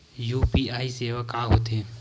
UPI सेवा का होथे?